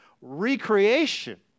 recreation